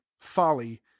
folly